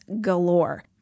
galore